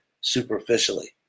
superficially